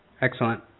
Excellent